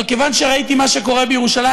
אבל כיוון שראיתי מה שקורה בירושלים,